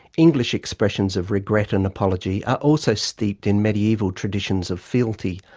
english expressions of regret and apology are also steeped in medieval traditions of fealty,